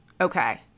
Okay